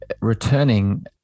returning